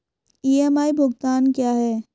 EMI भुगतान क्या है?